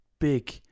big